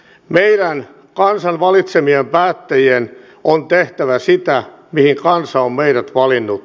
meidän kansan valitsemien päättäjien on tehtävä sitä mihin kansa on meidät valinnut